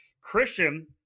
Christian